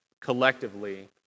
collectively